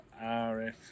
RF